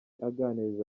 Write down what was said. aganiriza